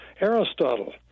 Aristotle